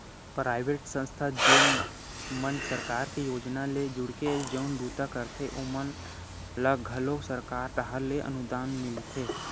private संस्था जेन मन सरकार के योजना ले जुड़के जउन बूता करथे ओमन ल घलो सरकार डाहर ले अनुदान मिलथे